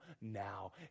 now